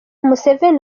museveni